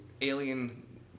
alien